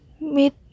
meet